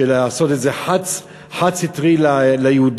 של לעשות את זה חד-סטרי ליהודים,